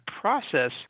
process